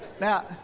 Now